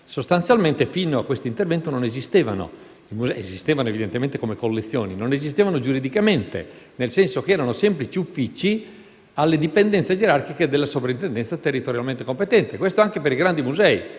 sostanzialmente fino a questo intervento non esistevano. Evidentemente esistevano come collezioni, ma non giuridicamente, nel senso che erano semplici uffici alle dipendenze gerarchiche della Sovrintendenza territorialmente competente. Ciò valeva anche per i grandi musei